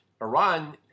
Iran